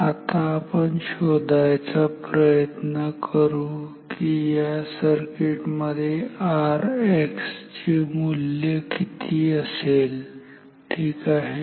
आता आपण शोधायचा प्रयत्न करू कि या सर्किट मध्ये Rx चे मूल्य किती असेल ठीक आहे